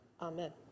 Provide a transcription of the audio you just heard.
Amen